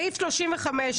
35,